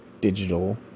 digital